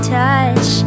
touch